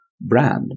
brand